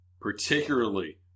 Particularly